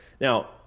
Now